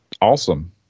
awesome